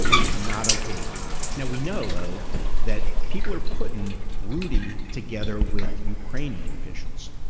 it is not ok to do. now we know though that people are putting rudy together with ukrainian officials.